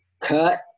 cut